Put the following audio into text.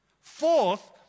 Fourth